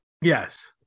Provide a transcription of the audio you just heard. Yes